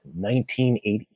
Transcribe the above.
1980